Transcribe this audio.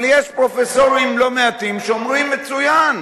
אבל יש פרופסורים לא מעטים שאומרים: מצוין,